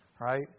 right